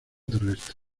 terrestre